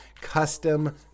Custom